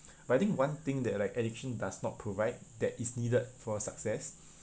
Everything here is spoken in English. but I think one thing that like education does not provide that is needed for success